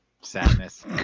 Sadness